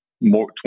more